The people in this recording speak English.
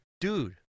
Dude